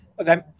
Okay